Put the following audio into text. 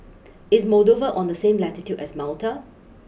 is Moldova on the same latitude as Malta